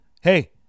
Hey